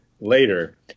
later